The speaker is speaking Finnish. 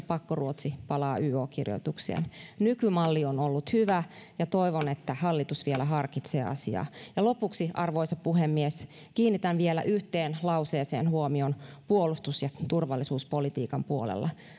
pakkoruotsi palaa yo kirjoituksiin nykymalli on ollut hyvä ja toivon että hallitus vielä harkitsee asiaa ja lopuksi arvoisa puhemies kiinnitän vielä yhteen lauseeseen huomion puolustus ja turvallisuuspolitiikan puolella